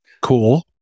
cool